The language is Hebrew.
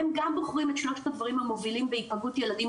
הם גם בוחרים את שלושת הדברים המובילים בהיפגעות בדרכים,